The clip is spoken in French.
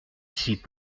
suis